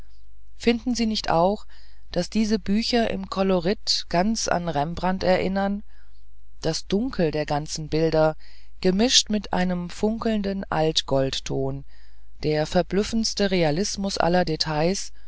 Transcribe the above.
finden sie nicht auch daß diese bücher im kolorit ganz an rembrandt erinnern das dunkle der ganzen bilder gemischt mit einem funkelnden altgoldton der verblüffendste realismus aller details